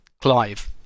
Clive